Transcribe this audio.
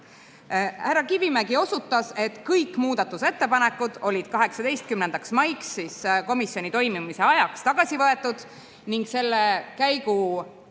Härra Kivimägi osutas, et kõik muudatusettepanekud olid 18. maiks, komisjoni istungi toimumise ajaks tagasi võetud ning selle käigu